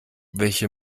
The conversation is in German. welche